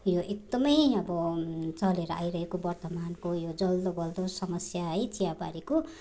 यो एकदमै अब चलेर आइरहेको वर्तमानको यो जल्दोबल्दो समस्या है चियाबारीको